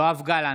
נגד יואב גלנט,